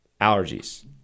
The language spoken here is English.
allergies